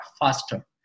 faster